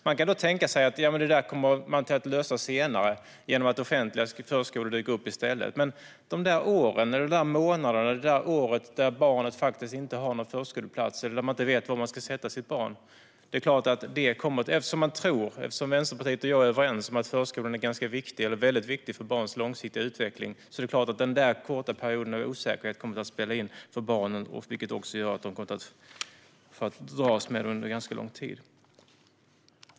Man kan då tänka sig att det där löser sig senare genom att offentliga förskolor dyker upp i stället, men det är klart att det där året eller de där månaderna när barnet faktiskt inte har någon förskoleplats eller man inte vet var man ska sätta sitt barn påverkar. Vänsterpartiet och jag är överens om att förskolan är väldigt viktig för barns långsiktiga utveckling. Det är klart att den där korta perioden av osäkerhet kommer att spela in för barnen, och de kommer att kunna dras med den osäkerheten under ganska lång tid.